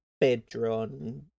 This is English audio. bedroom